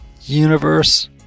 universe